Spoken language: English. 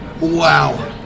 Wow